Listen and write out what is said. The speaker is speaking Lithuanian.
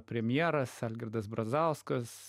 premjeras algirdas brazauskas